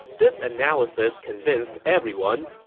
this analysis convinced everyone.